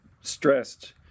stressed